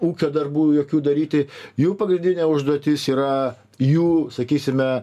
ūkio darbų jokių daryti jų pagrindinė užduotis yra jų sakysime